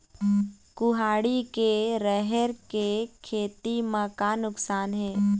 कुहड़ी के राहेर के खेती म का नुकसान हे?